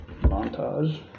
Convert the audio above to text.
Montage